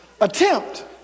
attempt